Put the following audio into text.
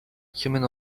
kimin